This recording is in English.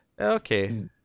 okay